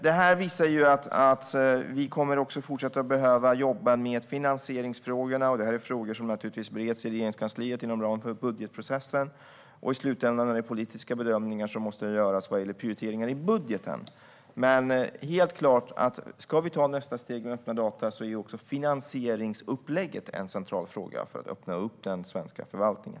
Det här visar att vi kommer att fortsätta behöva jobba med finansieringsfrågorna. Det är naturligtvis frågor som bereds i Regeringskansliet inom ramen för budgetprocessen, och i slutänden är det politiska bedömningar som måste göras vad gäller prioriteringar i budgeten. Men det är helt klart att om vi ska ta nästa steg med öppna data är också finansieringsupplägget en central fråga för att öppna upp den svenska förvaltningen.